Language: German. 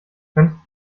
könntest